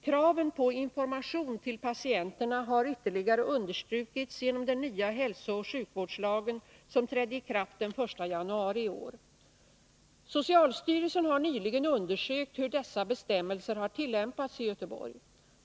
Kraven på information till patienterna har ytterligare understrukits genom den nya hälsooch sjukvårdslagen som trädde i kraft den 1 januari i år. Socialstyrelsen har nyligen undersökt hur dessa bestämmelser har tillämpats i Göteborg.